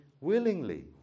willingly